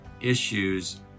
issues